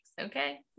Okay